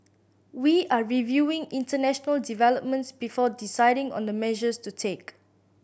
we are reviewing international developments before deciding on the measures to take